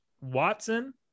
Watson